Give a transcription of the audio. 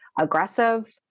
aggressive